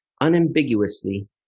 unambiguously